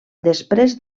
després